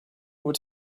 what